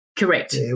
Correct